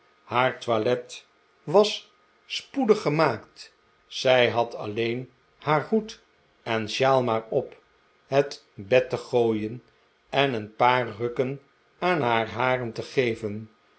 haar toilet was spoedig gemaakt zij had alleen haar hoed en shawl maar op het bed te gooien en een paar rukken aan haar haren te geven